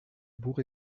bourg